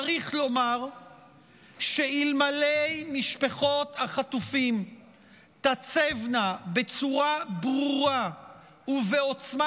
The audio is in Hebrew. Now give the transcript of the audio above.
צריך לומר שאלמלא משפחות החטופים הציבו בצורה ברורה ובעוצמה